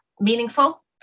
meaningful